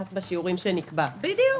"מס בשיעורים שנקבע." בדיוק.